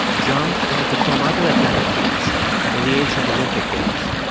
jump and perform other athletic feats in the ancient olympic games